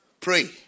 Pray